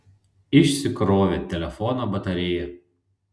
išsikrovė telefono batarėja